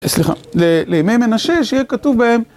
סליחה, לימי מנשה שיהיה כתוב בהם